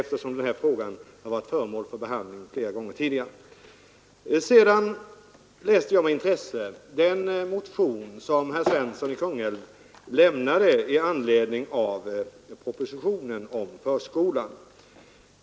Frågan har ju varit föremål för behandling flera gånger tidigare. Jag läste med intresse den motion som herr Svensson i Kungälv har väckt med anledning av propositionen om förskolan.